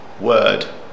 word